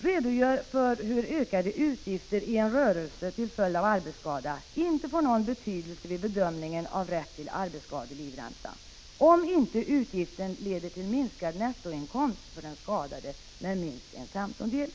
redogör för hur ökade utgifter i en rörelse till följd av arbetsskada inte får någon betydelse vid bedömningen av rätt till arbetsskadelivränta, om inte utgiften leder till minskad nettoinkomst för den skadade med minst en femtondel.